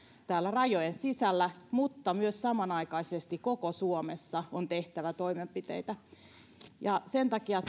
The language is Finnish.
täällä rajojen sisällä mutta myös samanaikaisesti koko suomessa on tehtävä toimenpiteitä sen takia